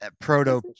proto